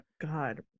God